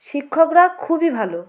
শিক্ষকরা খুবই ভালো